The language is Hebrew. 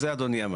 זה אדוני אמר.